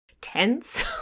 tense